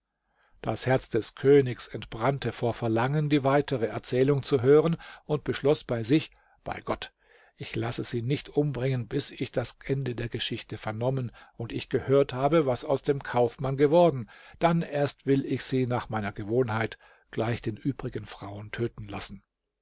das herz des königs entbrannte vor verlangen die weitere erzählung zu hören und beschloß bei sich bei gott ich lasse sie nicht umbringen bis ich das ende der geschichte vernommen und gehört habe was aus dem kaufmann geworden dann erst will ich sie nach meiner gewohnheit gleich den übrigen frauen töten lassen